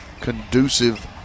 conducive